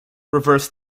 reverse